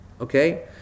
Okay